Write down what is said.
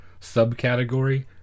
subcategory